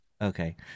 okay